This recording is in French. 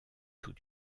tout